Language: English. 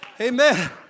amen